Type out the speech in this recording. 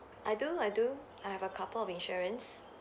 I do I do I have a couple of insurance